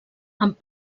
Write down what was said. amb